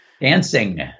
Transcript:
Dancing